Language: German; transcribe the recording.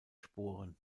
sporen